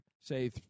say